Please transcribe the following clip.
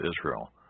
Israel